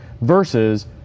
versus